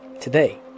today